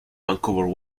vancouver